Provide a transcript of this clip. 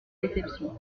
déception